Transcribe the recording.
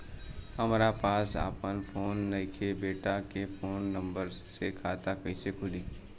हमरा पास आपन फोन नईखे बेटा के फोन नंबर से खाता कइसे खुली?